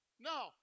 No